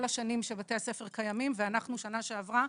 השנים שבתי הספר קיימים ואנחנו שנה שעברה